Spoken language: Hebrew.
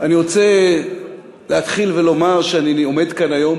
אני רוצה להתחיל ולומר שאני עומד כאן היום